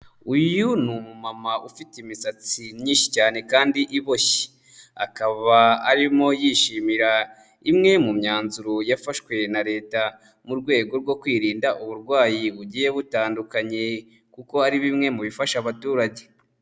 Uyu ni umumama ufite imisatsi myinshi cyane kandi iboshye, akaba arimo yishimira imwe mu myanzuro yafashwe na Leta mu rwego rwo kwirinda uburwayi bugiye butandukanye kuko ari bimwe mu bifasha abaturage.